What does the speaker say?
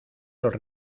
los